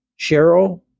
Cheryl